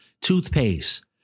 toothpaste